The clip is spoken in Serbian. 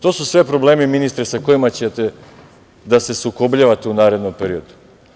To su sve problemi, ministre, sa kojima ćete da se sukobljavate u narednom periodu.